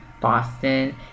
Boston